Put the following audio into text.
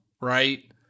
right